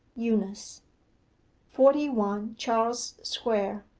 eunice forty one charles square,